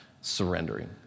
surrendering